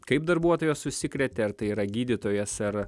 kaip darbuotojas užsikrėtė ar tai yra gydytojas ar